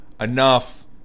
enough